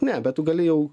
ne bet gali jau